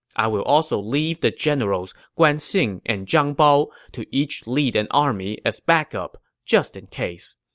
i will also leave the generals guan xing and zhang bao to each lead an army as backup, just in case.